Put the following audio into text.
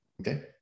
Okay